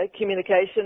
communication